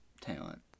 talent